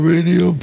Radio